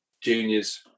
juniors